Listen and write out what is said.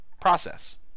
process